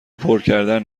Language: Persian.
پرکردن